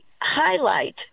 highlight